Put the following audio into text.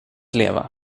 leva